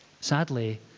Sadly